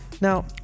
Now